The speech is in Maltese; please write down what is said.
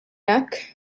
hekk